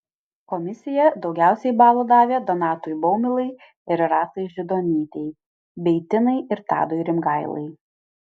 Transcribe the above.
komisija daugiausiai balų davė donatui baumilai ir rasai židonytei bei tinai ir tadui rimgailai